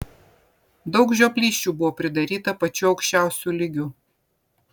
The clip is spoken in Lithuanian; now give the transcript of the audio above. daug žioplysčių buvo pridaryta pačiu aukščiausiu lygiu